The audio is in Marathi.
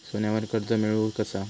सोन्यावर कर्ज मिळवू कसा?